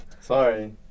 Sorry